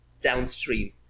downstream